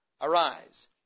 Arise